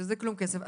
זה כלום כסף.